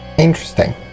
Interesting